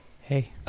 Hey